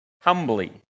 humbly